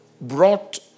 brought